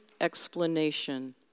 explanation